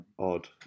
Odd